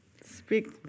speak